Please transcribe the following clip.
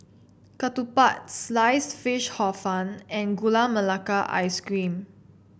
ketupat Sliced Fish Hor Fun and Gula Melaka Ice Cream